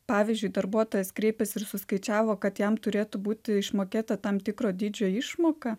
pavyzdžiui darbuotojas kreipėsi ir suskaičiavo kad jam turėtų būti išmokėta tam tikro dydžio išmoka